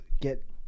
get